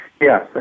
Yes